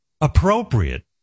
appropriate